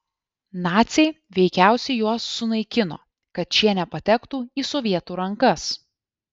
naciai veikiausiai juos sunaikino kad šie nepatektų į sovietų rankas